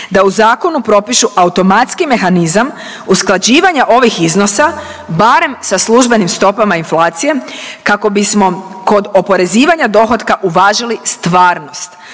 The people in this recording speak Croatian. da u zakonu propišu automatski mehanizam usklađivanja ovih iznosa barem sa službenim stopama inflacije kako bismo kod oporezivanja dohotka uvažili stvarnost,